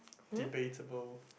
debatable